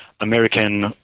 American